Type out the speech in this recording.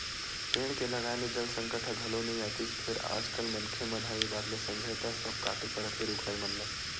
पेड़ के लगाए ले जल संकट ह घलो नइ आतिस फेर आज कल मनखे मन ह ए बात ल समझय त सब कांटे परत हे रुख राई मन ल